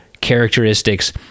characteristics